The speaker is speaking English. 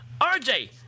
rj